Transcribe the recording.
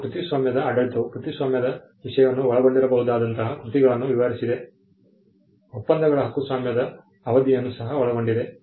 ಈಗ ಕೃತಿಸ್ವಾಮ್ಯದ ಆಡಳಿತವು ಕೃತಿಸ್ವಾಮ್ಯದ ವಿಷಯವನ್ನು ಒಳಗೊಂಡಿರಬಹುದಾದಂತಹ ಕೃತಿಗಳನ್ನು ವಿವರಿಸಿದೆ ಒಪ್ಪಂದಗಳು ಹಕ್ಕುಸ್ವಾಮ್ಯದ ಅವಧಿಯನ್ನು ಸಹ ಒಳಗೊಂಡಿವೆ